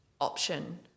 option